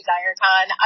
Direcon